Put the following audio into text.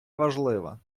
важлива